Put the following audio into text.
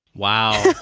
wow.